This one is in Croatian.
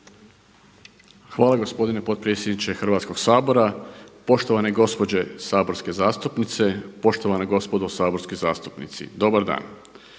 Hvala gospodine potpredsjedniče Hrvatskog sabora. Poštovane gospođe saborske zastupnice, poštovana gospodo saborski zastupnici. Dobar dan.